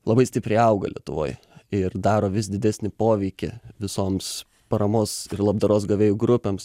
labai stipriai auga lietuvoj ir daro vis didesnį poveikį visoms paramos ir labdaros gavėjų grupėms